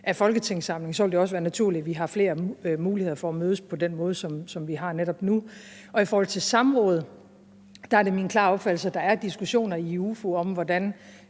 af folketingssamlingen, vil det også være naturligt, at vi har flere muligheder for at mødes på den måde, som vi har netop nu. I forhold til samråd er det min klare opfattelse, at der er diskussioner i UFO om, hvordan